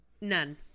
None